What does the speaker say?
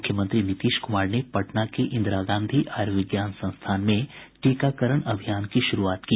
मुख्यमंत्री नीतीश कुमार ने पटना के इंदिरा गांधी आयुर्विज्ञान संस्थान में टीकाकरण अभियान की शुरूआत की